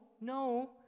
no